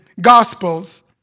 Gospels